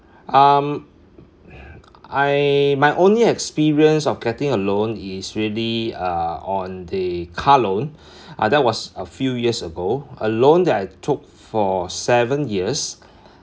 um I my only experience of getting a loan is really uh on the car loan uh that was a few years ago a loan that I took for seven years